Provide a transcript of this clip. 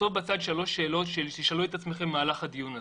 לכתוב בצד שלוש שאלות שתשאלו את עצמכם במהלך הדיון הזה.